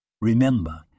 Remember